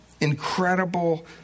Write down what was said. incredible